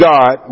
God